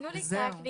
תנו לי את הכניסה.